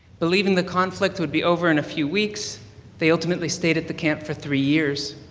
believing the conflict would be over in a few weeks they ultimately stayed at the camp for three years.